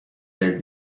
their